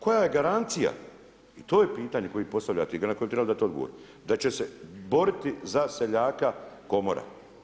Koja je garancija i to je pitanje koje postavljati i na koje bi trebali dati odgovor, da će se boriti za seljaka Komora.